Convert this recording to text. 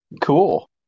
cool